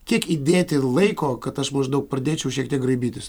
kiek įdėti laiko kad aš maždaug pradėčiau šiek tiek graibytis